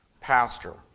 pastor